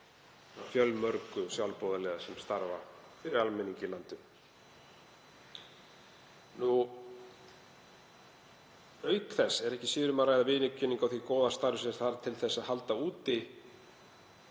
fjölmörgu sjálfboðaliða sem starfa fyrir almenning í landinu. Auk þess er ekki síður um að ræða viðurkenningu á því góða starfi sem þarf til að halda úti